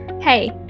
Hey